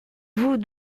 vous